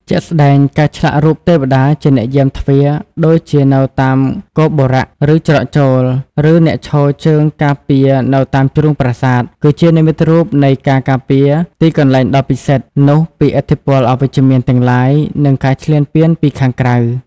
ជាក់ស្តែង ការឆ្លាក់រូបទេវតាជាអ្នកយាមទ្វារ ដូចជានៅតាមគោបុរៈ ឬច្រកចូល ឬអ្នកឈរជើងការពារនៅតាមជ្រុងប្រាសាទ គឺជានិមិត្តរូបនៃការការពារទីកន្លែងដ៏ពិសិដ្ឋ នោះពីឥទ្ធិពលអវិជ្ជមានទាំងឡាយ និងការឈ្លានពានពីខាងក្រៅ។